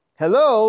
hello